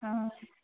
অঁ